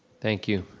thank you,